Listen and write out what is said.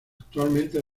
actualmente